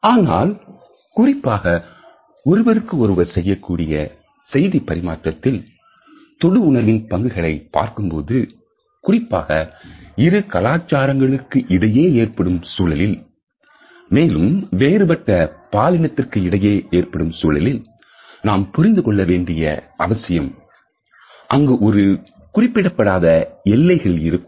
ஆனால் குறிப்பாக ஒருவருக்கு ஒருவர் செய்யக்கூடிய செய்தி பரிமாற்றத்தில் தொடு உணர்வின் பங்குகளை பார்க்கும்போது குறிப்பாக இரு கலாச்சாரங்களுக்கு இடையே ஏற்படும் சூழலில் மேலும் வேறுபட்ட பாலினத்திற்கு இடையே ஏற்படும் சூழலில் நாம் புரிந்து கொள்ள வேண்டிய விஷயம் அங்கு ஒரு குறிக்கப்படாத எல்லைகள் இருக்கும்